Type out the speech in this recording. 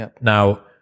Now